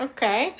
Okay